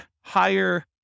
higher